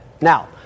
Now